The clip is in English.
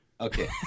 Okay